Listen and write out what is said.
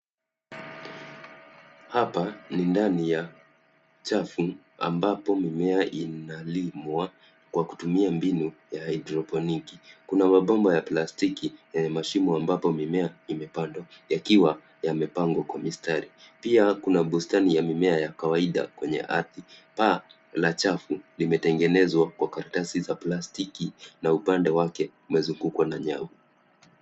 Hapa ni ndani ya chafu ambapo mimea inalimwa kwa kutumia mbinu ya haidroponiki. Kuna mabomba ya plastiki yenye mashimo ambapo mimea imepandwa yakiwa yamepangwa kwa mistari. Pia kuna bustani ya mimea ya kawaida kwenye ardhi. Paa la chafu limetengenezwa kwa karatasi za plastiki na upande wake umezungukwa na nyavu.